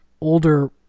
older